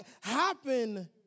happen